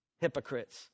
Hypocrites